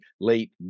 late